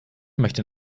möchte